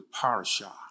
parasha